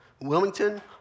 Wilmington